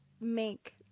make